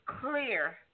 clear